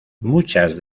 muchas